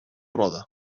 roda